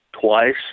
twice